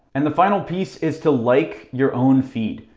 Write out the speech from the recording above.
and the final piece is to like your own feed.